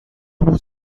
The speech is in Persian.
بود